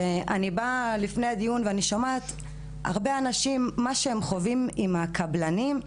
ואני באה לפני הדיון ואני שומעת הרבה אנשים על מה שהם חווים על הקבלנים,